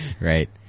Right